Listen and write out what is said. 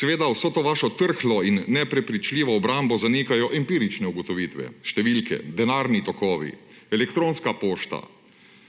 Seveda vso to vašo trhlo in neprepričljivo obrambo zanikajo empirične ugotovitve, številke, denarni tokovi, elektronska pošta.